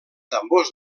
tambors